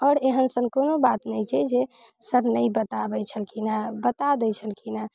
आओर एहन सन कोनो बात नहि छै जे सर नहि बताबै छलखिन हँ बता दै छलखिन हँ